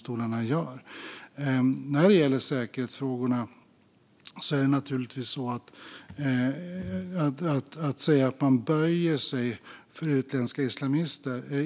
Sedan gällde det säkerhetsfrågorna och om att böja sig för utländska islamister.